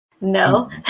no